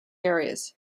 areas